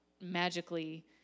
magically